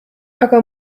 aga